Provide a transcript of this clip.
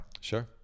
Sure